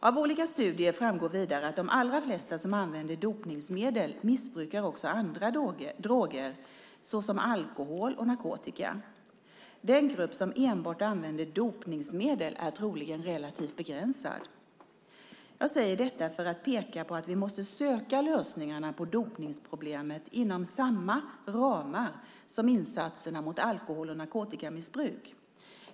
Av olika studier framgår vidare att de allra flesta som använder dopningsmedel missbrukar också andra droger såsom alkohol och narkotika. Den grupp som enbart använder dopningsmedel är troligen relativt begränsad. Jag säger detta för att peka på att vi måsta söka lösningarna på dopningsproblemet inom samma ramar som insatserna mot alkohol och narkotikamissbruk.